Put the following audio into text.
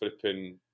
flipping